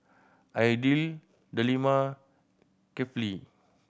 Aidil Delima Kefli